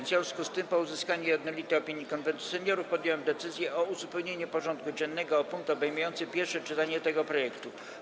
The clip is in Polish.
W związku z tym, po uzyskaniu jednolitej opinii Konwentu Seniorów, podjąłem decyzję o uzupełnieniu porządku dziennego o punkt obejmujący pierwsze czytanie tego projektu.